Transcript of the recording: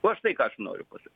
va štai ką aš noriu pasa